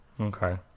Okay